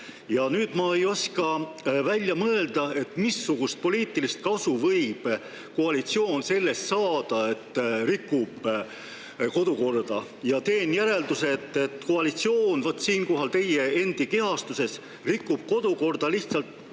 Nüüd, ma ei oska välja mõelda, missugust poliitilist kasu võib koalitsioon sellest saada, et rikub kodukorda, ja teen järelduse, et koalitsioon – vot siinkohal teie endi kehastuses – ei riku kodukorda lihtsalt mitte